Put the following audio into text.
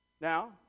Now